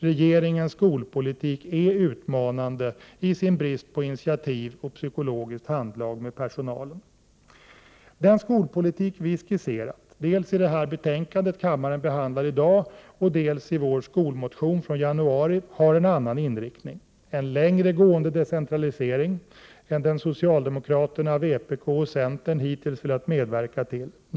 Regeringens skolpolitik är utmanande i sin brist på initiativ och psykologiskt handlag med personalen. Den skolpolitik vi skisserat, dels i det betänkande kammaren behandlar i dag, dels i vår skolmotion från januari, har en annan inriktning: 1. En längre gående decentralisering än den socialdemokraterna, centern och vpk hittills velat medverka till.